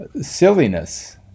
silliness